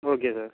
okay sir